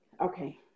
Okay